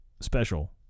special